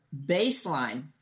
baseline